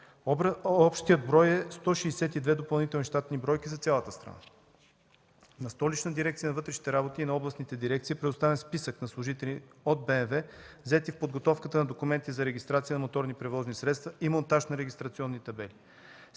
Общият брой е 162 допълнителни щатни бройки за цялата страна. На Столична дирекция на вътрешните работи и на областните дирекции е предоставен списък на служители от БМВ, заети в подготовката на документи за регистрация на моторни превозни средства и монтаж на регистрационни табели.